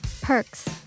Perks